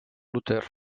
luter